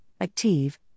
Active